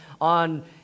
on